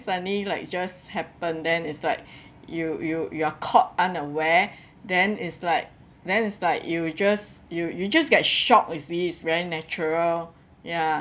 suddenly like just happen then it's like you you you're caught unaware then it’s like then it's like you just you you just get shocked you see it's very natural ya